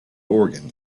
organ